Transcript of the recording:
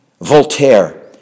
Voltaire